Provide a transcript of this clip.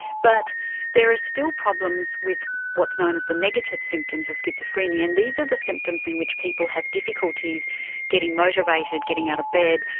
but there are still problems with what's known as the negative symptoms of schizophrenia and these are the symptoms in which people have difficulties getting motivated, getting out of bed,